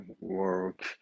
work